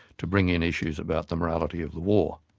to bring in issues about the morality of the war